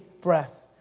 breath